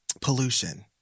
pollution